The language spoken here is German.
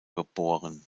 geboren